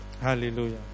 Hallelujah